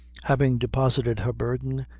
having deposited her burthen,